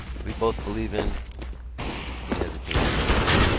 we both believe in he hesitated for moment.